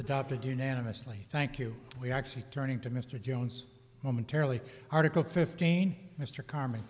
adopted unanimously thank you we actually turning to mr jones momentarily article fifteen mr carm